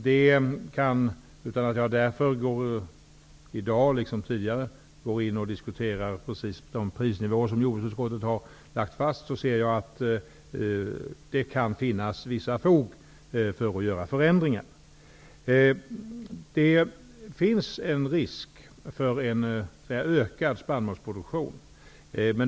Det kan, utan att jag för den skull går in och diskuterar de prisnivåer som jordbruksutskottet har lagt fast, finnas visst fog för att göra förändringar. Det finns en risk för en ökad spannmålsproduktion.